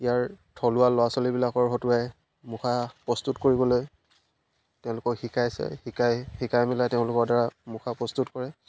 ইয়াৰ থলুৱা ল'ৰা ছোৱালীবিলাকৰ হতুৱাই মুখা প্ৰস্তুত কৰিবলৈ তেওঁলোকক শিকাইছে শিকাই শিকাই মেলাই তেওঁলোকৰ দ্বাৰা মুখা প্ৰস্তুত কৰে